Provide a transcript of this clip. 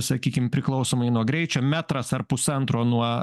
sakykim priklausomai nuo greičio metras ar pusantro nuo